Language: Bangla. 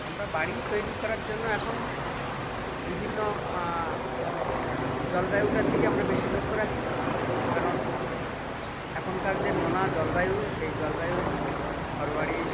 আমরা বাড়ি তৈরি করার জন্য এখন বিভিন্ন প ও জলবায়ুটার দিকে আমরা বেশি লক্ষ্য রাখি কারণ এখনকার যে নোনা জলবায়ু সেই জলবায়ুর ঘর বাড়ি